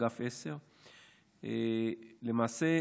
אגף 10. למעשה,